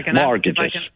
mortgages